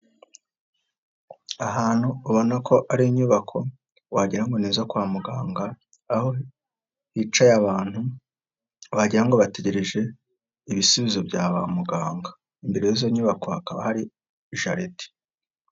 Ahantu ubona ko ari inyubako wagirango nizo kwa muganga aho bicaye abantu bajyanwa, bategereje ibisubizo bya ba muganga imbere y'izo nyubako hakaba hari jaride.